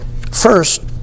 first